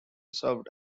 served